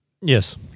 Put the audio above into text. Yes